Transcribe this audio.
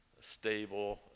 stable